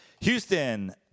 Houston